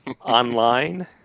online